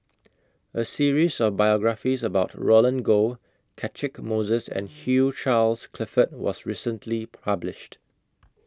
A series of biographies about Roland Goh Catchick Moses and Hugh Charles Clifford was recently published